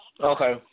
Okay